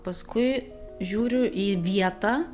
paskui žiūriu į vietą